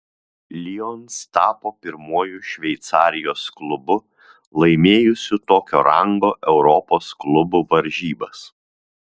lions tapo pirmuoju šveicarijos klubu laimėjusiu tokio rango europos klubų varžybas